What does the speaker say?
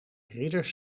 ridders